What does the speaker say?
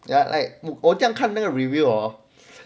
ya like 我这样看那个 review hor